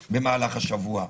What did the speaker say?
21:00 במהלך השבוע.